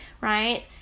right